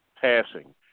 passing